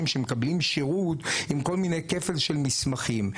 שמקבלים שירות עם כל מיני כפל של מסמכים.